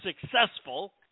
successful